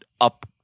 up